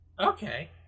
Okay